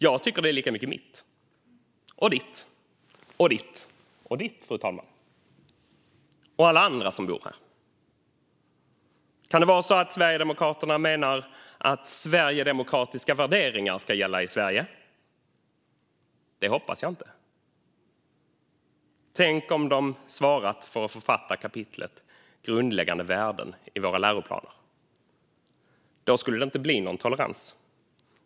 Jag tycker att det är lika mycket mitt, och ditt, och ditt, och ditt, fru talman, och alla andras som bor här. Kan det vara så att Socialdemokraterna menar att sverigedemokratiska värderingar ska gälla i Sverige? Det hoppas jag inte. Tänk om de hade svarat för att författa kapitlet om grundläggande värden i våra läroplaner! Då skulle det inte bli nån tolerans.